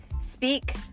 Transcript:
speak